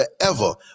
forever